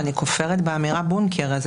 כופרת באמירה "בונקר".